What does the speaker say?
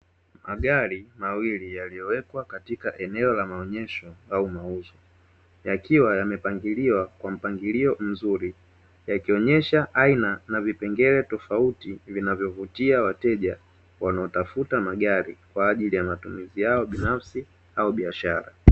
Magari mawili yaliyowekwa katika eneo la maonyesho au mauzo. Yakiwa yamepangiliwa kwa mpangilio mzuri, yakionyesha aina na vipengele tofauti vinavyovutia wateja wanaotafuta magari kwa ajili ya matumizi yao binafsi au biashara.